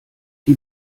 die